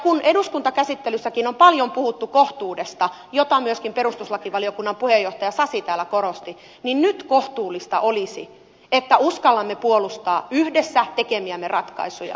kun eduskuntakäsittelyssäkin on paljon puhuttu kohtuudesta jota myöskin perustuslakivaliokunnan puheenjohtaja sasi täällä korosti niin nyt kohtuullista olisi että uskallamme puolustaa yhdessä tekemiämme ratkaisuja